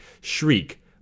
Shriek